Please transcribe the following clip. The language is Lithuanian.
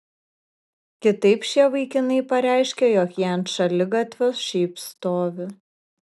kitaip šie vaikinai pareiškia jog jie ant šaligatvio šiaip stovi